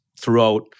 throughout